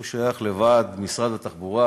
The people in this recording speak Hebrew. הוא שייך לוועד משרד התחבורה,